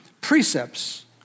precepts